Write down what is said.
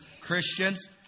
Christians